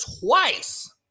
twice